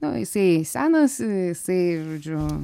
nu jisai senas jisai žodžiu